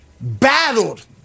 battled